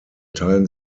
teilen